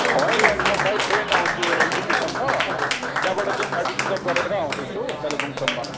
होइन होइन म बाई ट्रेन आउँछु एनजिपीसम्म त्यहाँबाट चाहिँ गाडी रिजर्भ गरेर आउँदैछु कालेबुङसम्म